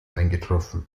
eingetroffen